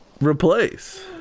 replace